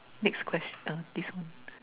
next question ah this one